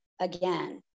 again